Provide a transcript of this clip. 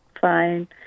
Fine